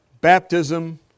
baptism